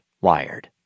wired